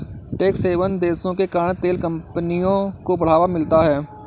tax haven देशों के कारण तेल कंपनियों को बढ़ावा मिलता है